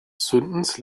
zündens